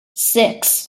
six